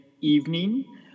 evening